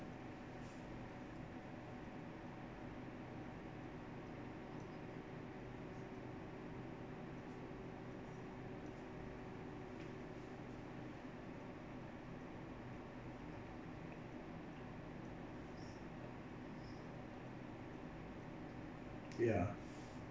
ya